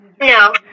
No